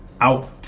out